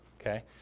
Okay